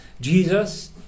Jesus